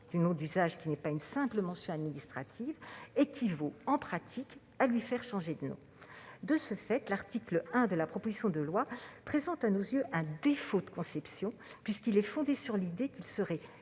du nom d'usage, qui n'est pas une simple mention administrative -équivaut donc, en pratique, à lui faire changer de nom. De ce fait, l'article 1 de la proposition de loi présente à nos yeux un défaut de conception, puisqu'il repose sur l'idée qu'il serait